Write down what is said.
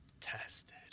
tested